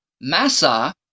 massa